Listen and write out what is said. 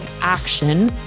action